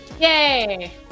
yay